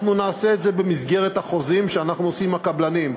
אנחנו נעשה את זה במסגרת החוזים שאנחנו עושים עם הקבלנים,